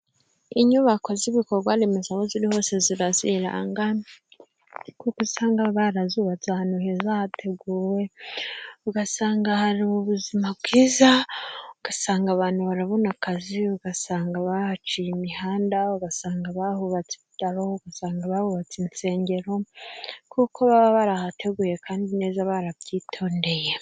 Inyubako z'ibikorwaremezo aho ziri hose ziba ziranga, kuko usanga barazubatse ahantu heza hateguwe, ugasanga hari ubuzima bwiza, ugasanga abantu barabona akazi, ugasanga bahaciye imihanda, ugasanga bahubatse ibitaro, ugasanga bahubatse insengero, kuko baba barahateguye kandi neza barabyitondeye.